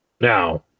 now